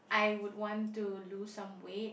I would want to lose some weight